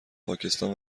پاکستان